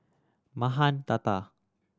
Mahan Tata